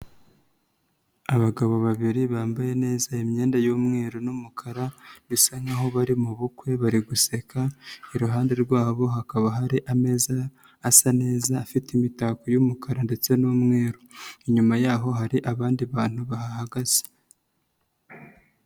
Abagabo babiri bambaye neza imyenda y'umweru n'umukara bisa nk'aho bari mu bukwe bari guseka, iruhande rwabo hakaba hari ameza asa neza afite imitako y'umukara ndetse n'umweru, inyuma y'aho hari abandi bantu bahahagaze.